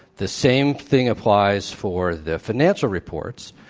the same thing applies for the financial reports.